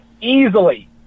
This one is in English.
easily